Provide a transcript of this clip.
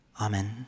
amen